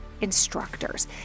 instructors